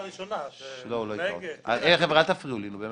כמו